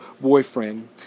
boyfriend